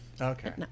Okay